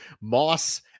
Moss